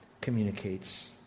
communicates